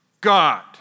God